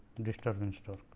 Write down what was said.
disturbance torque.